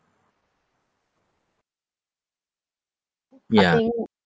ya